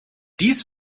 dies